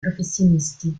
professionisti